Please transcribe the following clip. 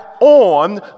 on